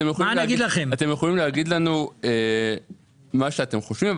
אתם יכולים להגיד לנו מה שאתם חושבים.